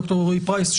ד"ר אלרעי פרייס,